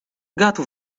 gato